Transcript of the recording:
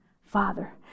Father